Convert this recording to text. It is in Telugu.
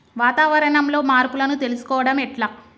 వాతావరణంలో మార్పులను తెలుసుకోవడం ఎట్ల?